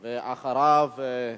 ואחריו,